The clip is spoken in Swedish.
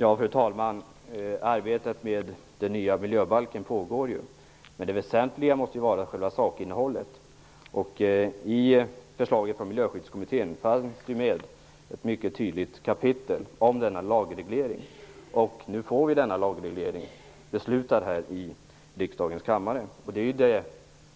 Fru talman! Arbetet med den nya miljöbalken pågår ju. Men det väsentliga måste väl vara själva sakinnehållet. I förslaget från Miljöskyddskommittén fanns med ett mycket tydligt kapitel om denna lagreglering, som vi nu får beslutad här i riksdagens kammare. Det är